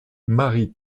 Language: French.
mary